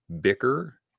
bicker